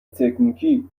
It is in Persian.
تکنیکی